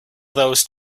those